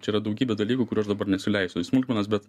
čia yra daugybė dalykų kurių aš dabar nesileisiu į smulkmenas bet